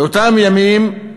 באותם ימים,